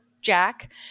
Jack